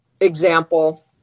example